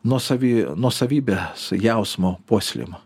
nuosavi nuosavybės jausmo puoselėjimą